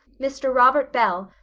mr. robert bell,